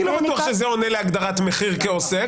אני לא בטוח שזה עונה להגדרת מחיר כעוסק,